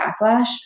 backlash